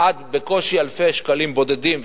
עד בקושי אלפי שקלים בודדים,